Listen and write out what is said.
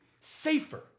safer